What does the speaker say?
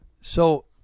So-